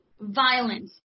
violence